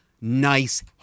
nice